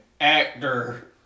actor